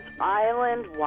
Island